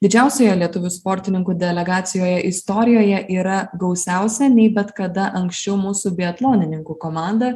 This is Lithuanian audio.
didžiausioje lietuvių sportininkų delegacijoje istorijoje yra gausiausia nei bet kada anksčiau mūsų biatlonininkų komanda